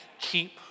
keep